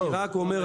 אני רק אומר,